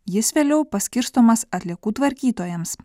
jis vėliau paskirstomas atliekų tvarkytojams